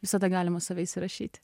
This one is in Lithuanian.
visada galima save įsirašyti